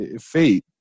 fate